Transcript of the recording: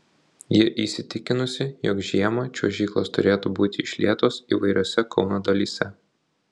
ji įsitikinusi jog žiemą čiuožyklos turėtų būti išlietos įvairiose kauno dalyse